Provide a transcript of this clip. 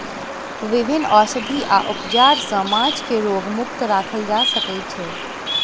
विभिन्न औषधि आ उपचार सॅ माँछ के रोग मुक्त राखल जा सकै छै